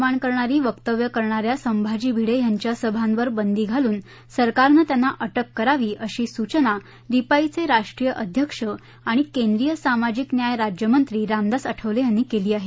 समाजात कलह निर्माण करणारी वक्तव्य करणा या संभाजी भिडे यांच्या सभांवर बंदी घालून सरकारनं त्यांना अटक करावी अशी सूचना रिपाईचे राष्ट्रीय अध्यक्ष आणि केंद्रीय सामाजिक न्याय राज्यमंत्री रामदास आठवले यांनी केली आहे